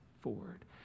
forward